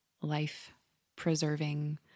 life-preserving